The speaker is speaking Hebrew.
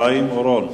חיים אורון.